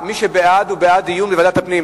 מי שבעד, בעד דיון בוועדת הפנים.